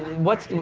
what's?